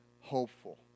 hopeful